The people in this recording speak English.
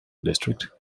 district